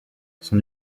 son